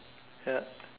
ya